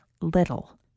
little